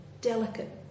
delicate